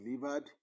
delivered